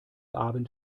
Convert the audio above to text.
abend